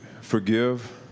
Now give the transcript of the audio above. forgive